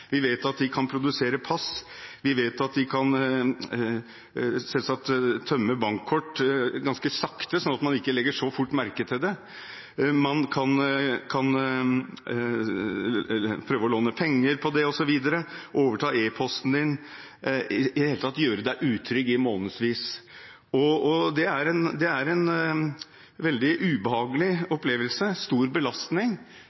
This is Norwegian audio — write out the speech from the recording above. Vi vet at de kan produsere pass. Vi vet at de kan tømme bankkort ganske sakte, slik at man ikke legger merke til det så fort. De kan prøve å låne penger på det osv., de kan overta en e-postkonto – i det hele tatt gjøre oss utrygge i månedsvis. Det er en veldig ubehagelig opplevelse, en